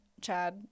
Chad